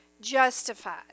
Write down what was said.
justified